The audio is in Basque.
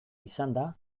izanda